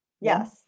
yes